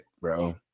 bro